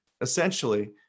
Essentially